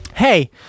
Hey